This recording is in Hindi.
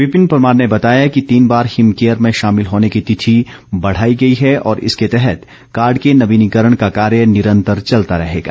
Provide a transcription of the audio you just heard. विपिन परमार ने बताया कि तीन बार हिम केयर में शामिल होने की तिथि बढ़ाई गई है और इसके तहत कार्ड के नवीनीकरण का कार्य निरन्तर चलता रहेगा